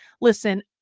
Listen